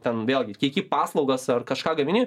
ten vėlgi tieki paslaugas ar kažką gamini